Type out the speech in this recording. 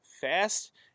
fast